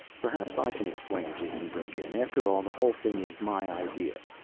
perhaps i can explain, jason broke in. after all the whole thing is my idea.